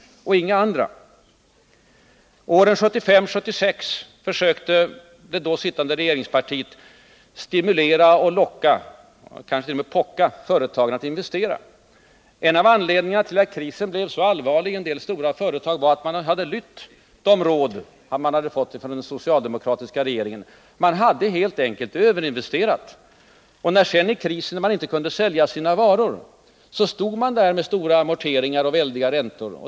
Åren 1975 och 1976 försökte det då sittande regeringspartiet att stimulera och locka — kanske t.o.m. pocka — för att få företagen att investera. En av anledningarna till att krisen blev så allvarlig i en del stora företag var att man där hade lytt de råd man hade fått från den socialdemokratiska regeringen. Man hade helt enkelt överinvesterat. När man sedan i krisen inte kunde sälja sina varor, stod man där med stora amorteringar och väldiga räntor.